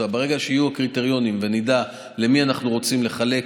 ברגע שיהיו הקריטריונים ונדע למי אנחנו רוצים לחלק